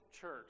Church